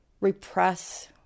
repress